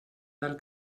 del